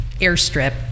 airstrip